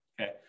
Okay